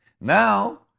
Now